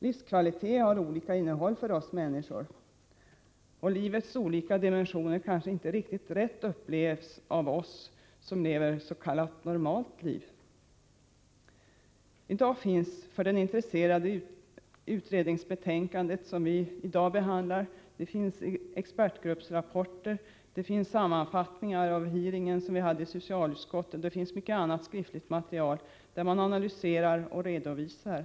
Livskvalitet har olika innehåll för oss människor, och livets olika dimensioner kanske inte riktigt rätt upplevs av oss som lever ett s.k. normalt liv. I dag finns för den intresserade det utredningsbetänkande som socialutskottet behandlat, expertgruppsrapporter, sammanfattning av den hearing vi hade i utskottet och mycket annat skriftligt material, där man analyserar och redovisar.